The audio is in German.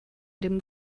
dem